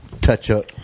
touch-up